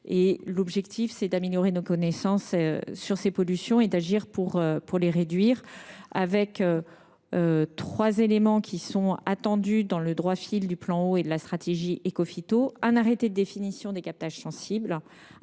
l’objectif est d’améliorer nos connaissances sur ces pollutions et d’agir pour les réduire. À cet égard, trois éléments sont attendus dans le droit fil du plan Eau et de la stratégie Écophyto : un arrêté de définition des points de captage sensibles,